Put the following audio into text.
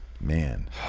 Man